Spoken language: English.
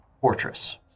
fortress